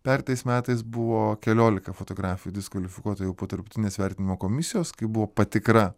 pereitais metais buvo keliolika fotografų diskvalifikuota jau po tarptautinės vertinimo komisijos kai buvo patikra